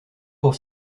pour